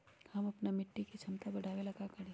हम अपना मिट्टी के झमता बढ़ाबे ला का करी?